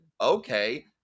okay